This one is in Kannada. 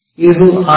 ಇದು R